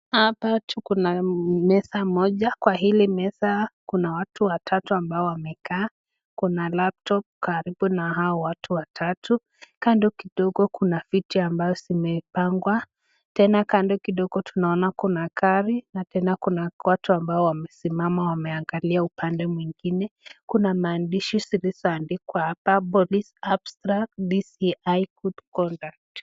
Hapa tuko na meza moja. Kwa hili meza tuko na watu watatu ambao wamekaa. Kuna laptop karibu na hao watatu. Kando kidogo kuna viti ambazo zimepangwa. Tena kando kidogo tunaona kuna gari na tena kuna watu ambao wamesimama wameangalia upande mwingine. Kuna maandishi zilizo andikwa hapa, [Police Abstract, DCI, Good conduct]